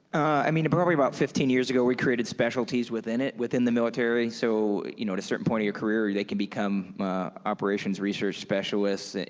i mean, probably about fifteen years ago, we created specialties within it, within the military, so you know at a certain point of your career, they can become operations research specialist,